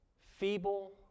feeble